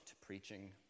preaching